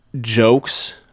jokes